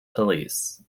police